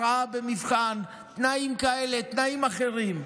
הקראה במבחן, תנאים כאלה, תנאים אחרים,